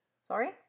sorry